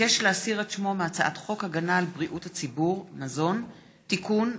ביקש להסיר את שמו מהצעת חוק הגנה על בריאות הציבור (מזון) (תיקון,